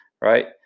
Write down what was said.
right